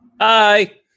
Hi